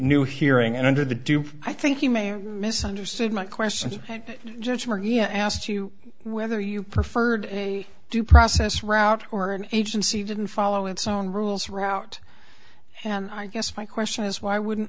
new hearing and under the do i think you may have misunderstood my questions and judge maria asked you whether you preferred a due process route or an agency didn't follow its own rules route and i guess my question is why wouldn't